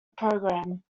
programme